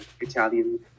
Italian